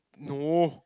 no